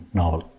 novel